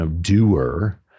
doer